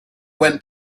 went